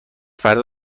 فردا